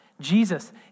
Jesus